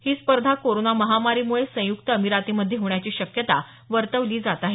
ही स्पर्धा कोरोना महामारीमुळे संयुक्त अमिरातीमध्ये होण्याची शक्यता वर्तवली जात आहे